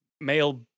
male